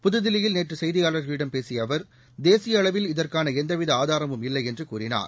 புதுதில்லியில் நேற்று செய்தியாளர்களிடம் பேசிய அவர் தேசிய அளவில் இதற்கான எந்தவித ஆதாரமும் இல்லை என்று கூறினார்